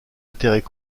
intérêt